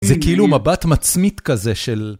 זה כאילו מבט מצמית כזה של...